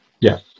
yes